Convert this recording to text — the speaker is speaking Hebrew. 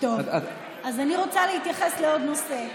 אז אני רוצה להתייחס לעוד נושא.